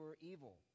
evil